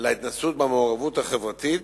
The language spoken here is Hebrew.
להתנסות במעורבות החברתית,